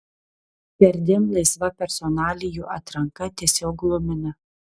perdėm laisva personalijų atranka tiesiog glumina